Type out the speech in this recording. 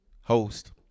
host